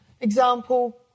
Example